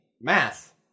math